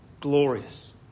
glorious